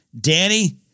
Danny